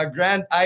Grand